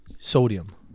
sodium